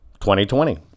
2020